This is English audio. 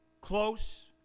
close